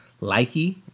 Likey